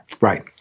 right